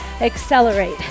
accelerate